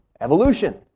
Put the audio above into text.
evolution